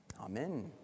Amen